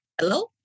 Hello